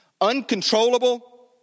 uncontrollable